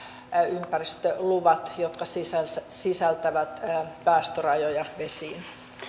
ympäristöluvat jotka sisältävät päästörajoja vesiin